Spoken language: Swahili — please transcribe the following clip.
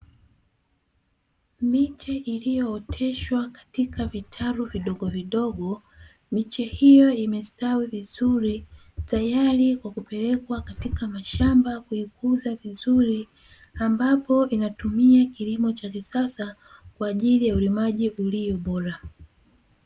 Miche iliyooteshwa katika vitalu vidogovidogo, miche hiyo imestawi vizuri, tayari kwa kupelekwa katika mashamba kuikuza vizuri, ambapo inatumia kilimo cha kisasa kwa ajili ya ulimaji ulio bora.